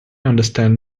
understand